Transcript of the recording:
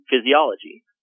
physiology